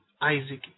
Isaac